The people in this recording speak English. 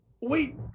Wait